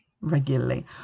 regularly